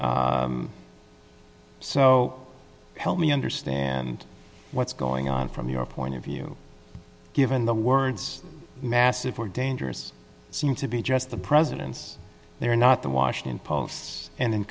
program so help me understand what's going on from your point of view given the words massive were dangerous seem to be just the president's they are not the washington post's and in